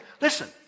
Listen